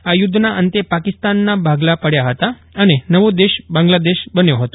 આ યુધ્ધના અંતે પાકિસ્તાનના ભાગલા પડ્યા હતા અને નવો દેશ બાંગ્લદેશ બન્યો હતો